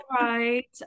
right